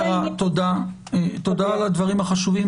תודה על הדברים החשובים.